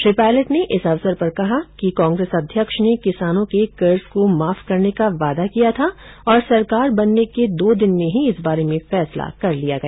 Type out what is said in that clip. Shri Pilot ने इस अवसर पर कहा कि कांग्रेस अध्यक्ष ने किसानों के कर्ज को मार्फ करने का वादा किया था और सरकार बनने के दो दिन में ही इस बारे में फैसला कर लिया गया